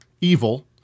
evil